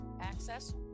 access